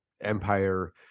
empire